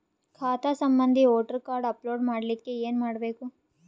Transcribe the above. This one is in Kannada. ಖಾತಾ ಸಂಬಂಧಿ ವೋಟರ ಕಾರ್ಡ್ ಅಪ್ಲೋಡ್ ಮಾಡಲಿಕ್ಕೆ ಏನ ಮಾಡಬೇಕು?